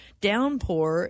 downpour